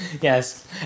Yes